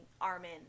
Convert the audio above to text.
Armin